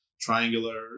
triangular